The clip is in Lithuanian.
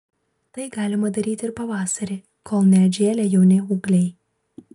tai galima daryti ir pavasarį kol neatžėlę jauni ūgliai